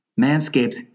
Manscaped